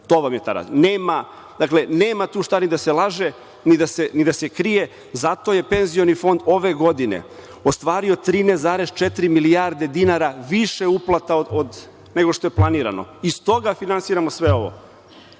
To vam je ta razlika. Dakle, nema tu ni šta da se laže, ni da se krije. Zato je penzioni fond ove godine ostvario 13,4 milijarde dinara više uplata nego što je planirano. Iz toga finansiramo sve ovo.